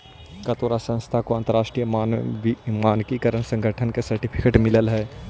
का तोहार संस्था को अंतरराष्ट्रीय मानकीकरण संगठन का सर्टिफिकेट मिलल हई